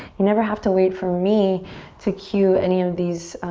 you never have to wait for me to cue any of these